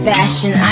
Fashion